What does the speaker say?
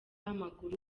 w’amaguru